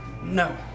No